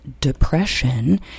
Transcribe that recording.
depression